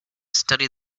studied